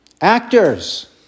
actors